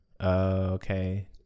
Okay